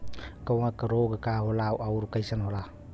कवक रोग का होला अउर कईसन होला?